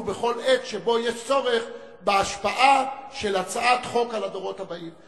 בכל עת שיש צורך בהשפעה של הצעת חוק על הדורות הבאים.